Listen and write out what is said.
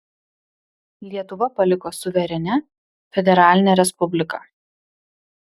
lietuva paliko suverenia federaline respublika